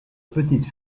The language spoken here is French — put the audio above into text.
petite